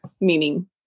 meaning